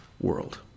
world